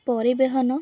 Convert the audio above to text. ପରିବହନ